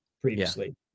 previously